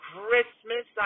Christmas